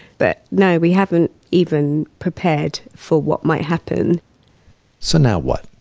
but, no, we haven't even prepared for what might happen so now what?